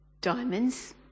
Diamonds